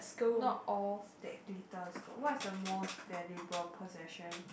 not all that glitters is good what is the most valuable possession